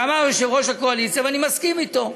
ואמר יושב-ראש הקואליציה, ואני מסכים אתו: